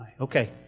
Okay